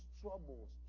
troubles